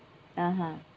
(uh huh)